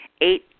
eight